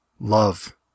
Love